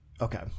Okay